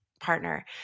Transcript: partner